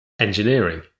Engineering